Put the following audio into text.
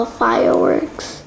fireworks